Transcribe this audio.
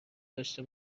داشته